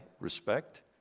respect